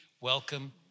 welcome